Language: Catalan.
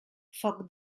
foc